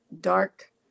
dark